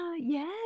Yes